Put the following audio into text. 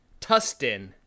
Tustin